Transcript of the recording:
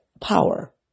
power